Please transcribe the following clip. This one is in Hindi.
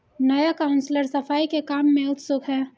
नया काउंसलर सफाई के काम में उत्सुक है